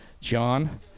John